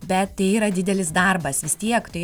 bet tai yra didelis darbas vis tiek tai